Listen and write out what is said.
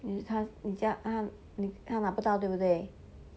你讲他拿不到对不对